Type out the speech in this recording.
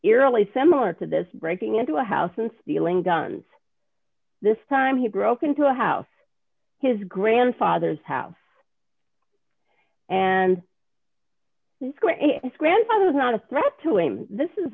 eerily similar to this breaking into a house and stealing guns this time he broke into a house his grandfather's have and he's great grandfather was not a threat to him this is